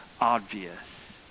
obvious